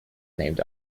named